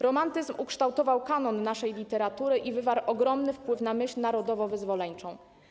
Romantyzm ukształtował kanon naszej literatury i wywarł ogromny wpływ na myśl narodowowyzwoleńczą.